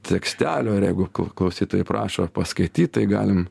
tekstelio ir jeigu klausytojai prašo paskaityt tai galim